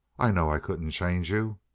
i know i couldn't change you.